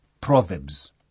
proverbs